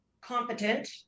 competent